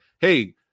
hey